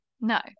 No